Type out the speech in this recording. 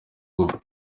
gupfa